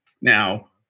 Now